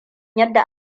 yadda